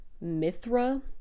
Mithra